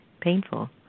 Painful